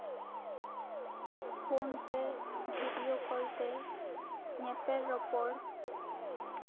phone ᱛᱮ video call ᱛᱮ ᱧᱮᱯᱮᱞ ᱨᱚᱯᱚᱲ